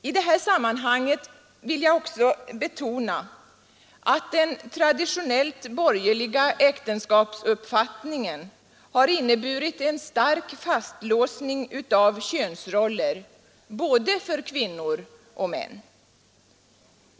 I detta sammanhang vill jag också betona att den traditionellt borgerliga äktenskapsuppfattningen har inneburit en stark fastlåsning av könsroller både för kvinnor och män.